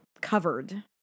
covered